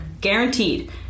Guaranteed